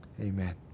Amen